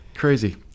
Crazy